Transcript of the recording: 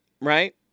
Right